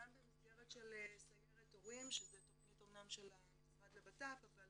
גם במסגרת של סיירת הורים שזה אמנם תכנית של המשרד לביטחון פנים אבל